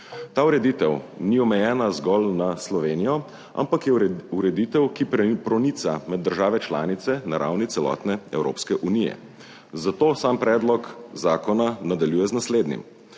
Ta ureditev ni omejena zgolj na Slovenijo, ampak je ureditev, ki pronica med države članice na ravni celotne Evropske unije, zato sam predlog zakona nadaljuje z naslednjim.